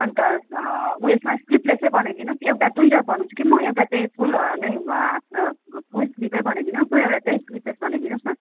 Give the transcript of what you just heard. अन्त उयोमा स्लिभलेसै बनाइदिनु होस् एउटा दुइवटा बनाउँछु कि म एउटा त फुल नै हो फुलस्लिभै बनाइदिनु होस् एउटा चाहिँ स्लिभ लेस बनाइदिनु होस् न